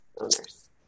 owners